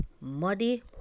muddy